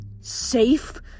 safe